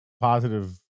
positive